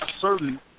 certain